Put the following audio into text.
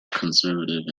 conservative